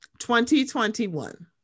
2021